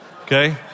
okay